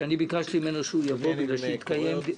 שביקשתי ממנו לבוא כדי שיתקיים דיון.